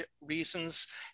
reasons